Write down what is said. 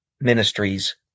ministries